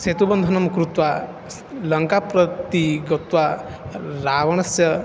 सेतुबन्धनं कृत्वा लङ्कां प्रति गत्वा रावणस्य